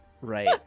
right